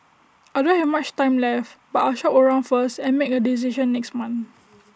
I don't have much time left but I'll shop around first and make A decision next month